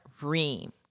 Reem